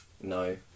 No